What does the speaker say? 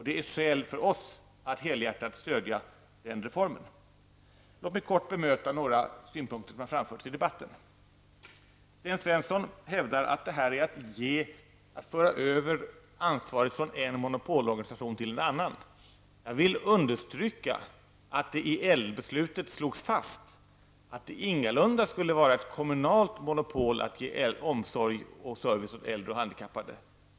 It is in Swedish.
Det är skäl för oss att helhjärtat stödja den reformen. Låt mig kort bemöta några synpunkter som har framförts i debatten. Sten Svensson hävdar att detta är att föra över ansvaret från en monopolorganisation till en annan. Jag vill understryka att det i äldrebeslutet slogs fast att det ingalunda skulle vara ett kommunalt monopol att ge omsorg och service åt äldre och handikappade.